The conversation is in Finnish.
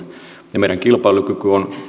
ja meidän kilpailukykymme on